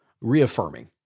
reaffirming